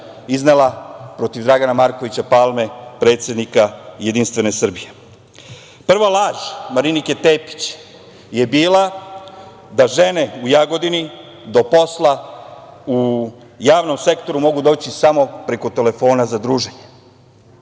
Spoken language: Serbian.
iznela protiv Dragana Markovića Palme, predsednika JS.Prva laž Marinike Tepić je bila da žene u Jagodini do posla u javnom sektoru mogu doći samo preko telefona za druženje.